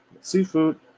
Seafood